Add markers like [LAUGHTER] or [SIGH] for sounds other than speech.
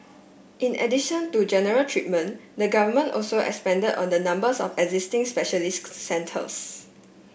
in addition to general treatment the government also expanded on the numbers of existing specialist [UNINTELLIGIBLE] centres